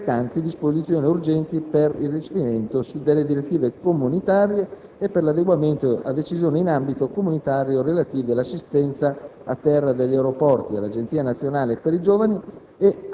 recante disposizioni urgenti per il recepimento delle direttive comunitarie 2006/48/CE e 2006/49/CE e per l'adeguamento a decisioni in ambito comunitario relative all'assistenza a terra negli aeroporti, all'Agenzia nazionale per i giovani